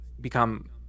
become